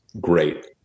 great